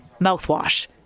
mouthwash